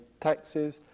taxes